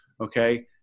Okay